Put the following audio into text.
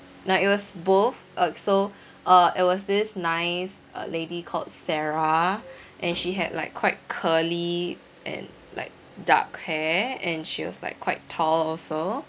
no it was both uh so uh it was this nice uh lady called sarah and she had like quite curly and like dark hair and she was like quite tall also